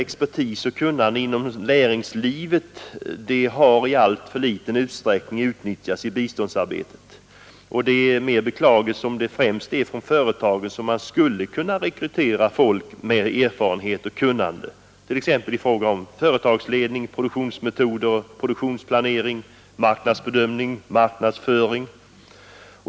Expertis och kunnande inom näringslivet har i alltför liten utsträckning utnyttjats i biståndsarbetet. Det är desto mer beklagligt som det främst är från företagen som man skulle kunna rekrytera folk med erfarenhet och kunnande, t.ex. i fråga om företagsledning, produktionsmetoder, produktionsplanering, marknadsbedömning och marknadsföring.